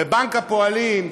בבנק הפועלים,